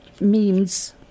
Memes